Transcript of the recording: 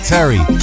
Terry